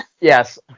Yes